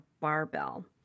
barbell